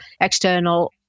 external